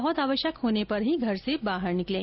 बहुत आवश्यक होने पर ही घर से बाहर निकलें